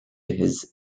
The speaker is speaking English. his